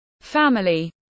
family